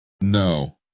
No